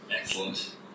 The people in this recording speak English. Excellent